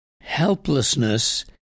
helplessness